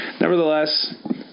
Nevertheless